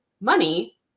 money